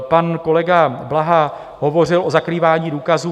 Pan kolega Blaha hovořil o zakrývání důkazů.